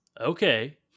Okay